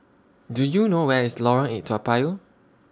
Do YOU know Where IS Lorong eight Toa Payoh